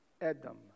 Adam